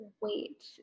wait